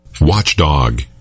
Watchdog